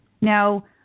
Now